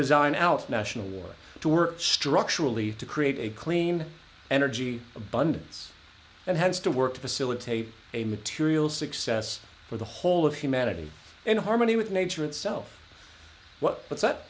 design else nationally or to work structurally to create a clean energy abundance and has to work to facilitate a material success for the whole of humanity in harmony with nature itself but that